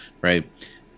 right